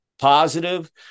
positive